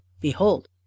behold